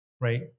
right